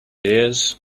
dears